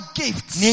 gifts